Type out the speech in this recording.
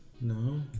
No